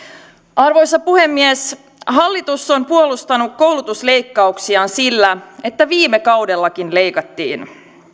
arvoisa puhemies hallitus on puolustanut koulutusleikkauksiaan sillä että viime kaudellakin leikattiin